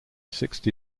sixty